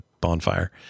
Bonfire